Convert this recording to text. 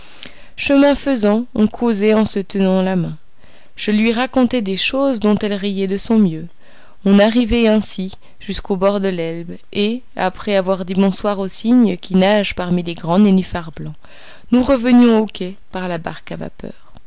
chemin faisant on causait en se tenant par la main je lui racontais des choses dont elle riait de son mieux on arrivait ainsi jusqu'au bord de l'elbe et après avoir dit bonsoir aux cygnes qui nagent parmi les grands nénuphars blancs nous revenions au quai par la barque à vapeur